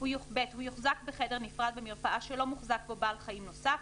(ב)הוא יוחזק בחדר נפרד במרפאה שלא מוחזק בו בעל חיים נוסף,